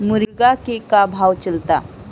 मुर्गा के का भाव चलता?